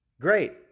Great